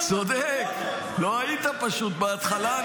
צודק, לא היית פשוט בהתחלה.